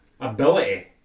ability